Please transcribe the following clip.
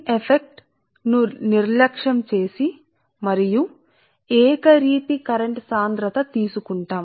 అంటే మీరు cross section తీసుకుంటే మేము కరెంటు డెన్సిటీ ను కరెంటు ఏకరీతిగా తీసుకుంటాము